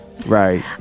Right